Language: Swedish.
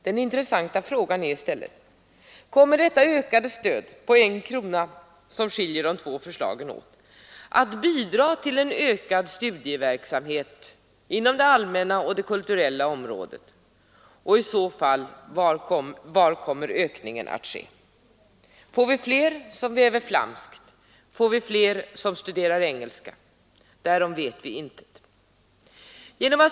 Den intressanta frågan är i stället: Kommer detta ökade stöd på en krona, som skiljer förslagen åt, att bidra till en ökad studieverksamhet, och var kommer i så fall ökningen att ske? Får vi fler som väver flamskt? Får vi fler som studerar engelska? Därom vet vi intet.